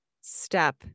step